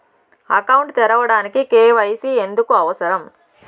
Account తెరవడానికి, KYC ఎందుకు అవసరం?